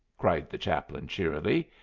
cried the chaplain, cheerily.